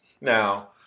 Now